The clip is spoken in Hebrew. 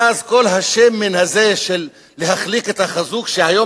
ואז כל השמן הזה של "להחליק את החזוק" שהיום